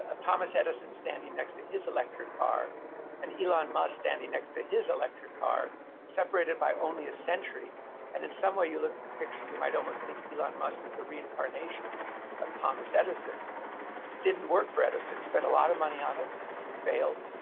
thomas edison standing next to his electric car and elon musk standing next to his electric car separated by only a century and in some way, you look at the picture, you might almost think elon musk is a reincarnation of thomas edison because it didn't work for edison. he spent a lot of money on it, it failed.